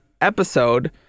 episode